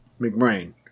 McBrain